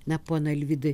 na ponui alvydui